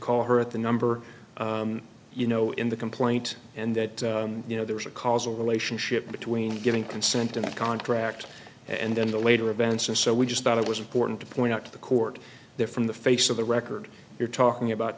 call her at the number you know in the complaint and that you know there was a causal relationship between giving consent in a contract and then the later events and so we just thought it was important to point out to the court there from the face of the record you're talking about